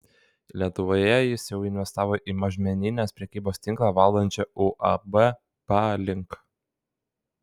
lietuvoje jis jau investavo į mažmeninės prekybos tinklą valdančią uab palink